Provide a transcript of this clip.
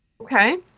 Okay